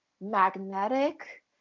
magnetic